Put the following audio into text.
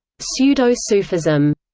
pseudo-sufism,